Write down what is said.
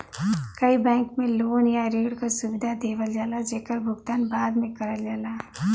कई बैंक में लोन या ऋण क सुविधा देवल जाला जेकर भुगतान बाद में करल जाला